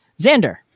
Xander